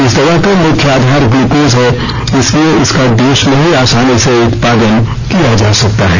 इस दवा का मुख्य आधार ग्लूकोज है इसलिए इसका देश में ही आसानी से उत्पादन किया जा सकता है